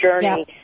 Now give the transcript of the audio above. journey